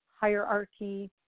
hierarchy